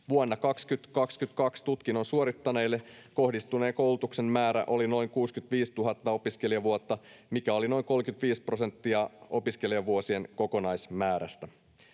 Vuonna 2022 tutkinnon suorittaneille kohdistuneen koulutuksen määrä oli noin 65 000 opiskelijavuotta, mikä oli noin 35 prosenttia opiskelijavuosien kokonaismäärästä.